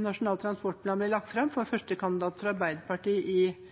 Nasjonal transportplan ble lagt fram, fikk jeg veldig kjeft fra førstekandidaten for Arbeiderpartiet i